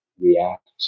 react